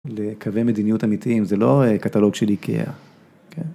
לקווי מדיניות אמיתיים, זה לא קטלוג של איקאה. כן?